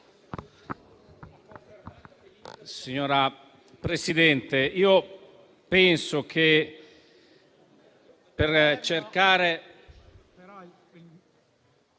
Signora Presidente, io penso che per cercare...